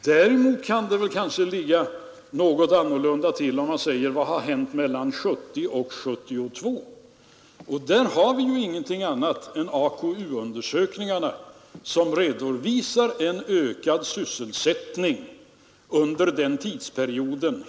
Däremot kan det kanske ligga något annorlunda till om man ser på vad som har hänt mellan 1970 och 1972. Där har vi ingenting annat att hålla oss till än AKU-undersökningarna, som redovisar en ökad sysselsättning under den tidsperioden.